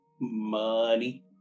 Money